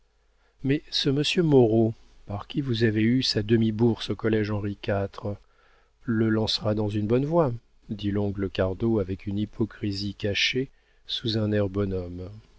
mais ce monsieur moreau par qui vous avez eu sa demi-bourse au collége henri iv le lancera dans une bonne voie dit l'oncle cardot avec une hypocrisie cachée sous un air bonhomme